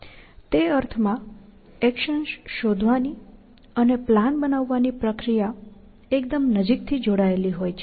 તે અર્થમાં એક્શન્સ શોધવાની અને પ્લાન બનાવવાની પ્રક્રિયા એકદમ નજીકથી જોડાયેલી હોય છે